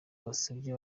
yasabye